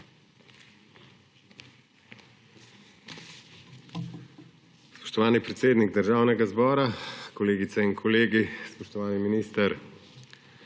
Spoštovani predsednik Državnega zbora, kolegice in kolegi, spoštovani minister!